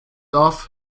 off